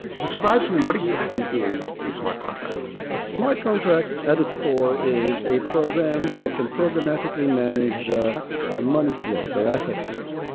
describe for me what exactly is a smart contract a smart contract at its core is a program that can programmatically manage money flows or asset flows.